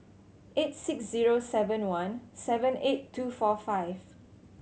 eight six zero seven one seven eight two four five